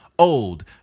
old